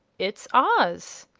it's oz!